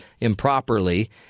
improperly